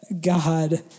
God